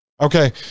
Okay